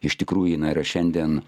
iš tikrųjų jin yra šiandien